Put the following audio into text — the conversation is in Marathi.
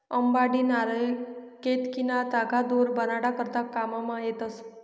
अंबाडी, नारय, केतकीना तागा दोर बनाडा करता काममा येतस